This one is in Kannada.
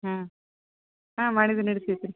ಹಾಂ ಹಾಂ ಮಾಡಿದೀನಿ ರಿಸೀಪ್ಟ್ ರೀ